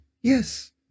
yes